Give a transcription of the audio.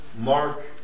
mark